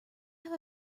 have